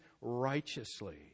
righteously